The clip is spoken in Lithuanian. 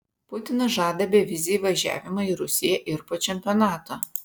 putinas žada bevizį įvažiavimą į rusiją ir po čempionato